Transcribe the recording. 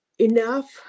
enough